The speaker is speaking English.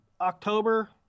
October